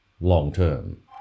long-term